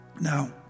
Now